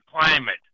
climate